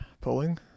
pulling